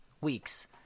Weeks